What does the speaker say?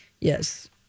Yes